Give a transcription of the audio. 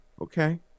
Okay